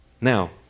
now